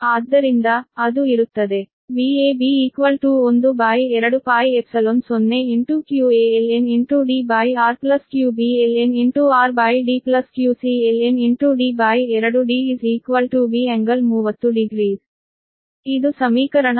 ಆದ್ದರಿಂದ ಅದು ಇರುತ್ತದೆ Vab 120qaln Dr qbln rdqcln D2D V∟300 ಇದು ಸಮೀಕರಣ 1